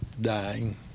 dying